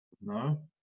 No